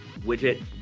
widget